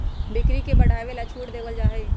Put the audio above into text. बिक्री के बढ़ावे ला छूट देवल जाहई